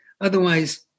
Otherwise